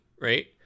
right